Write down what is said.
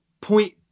point